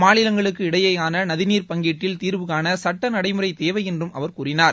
மாநிலங்களுக்கு இடையேயான நதிநீர் பங்கீட்டில் தீர்வுகாண சட்ட நடைமுறை தேவை என்றும் அவர் கூறினார்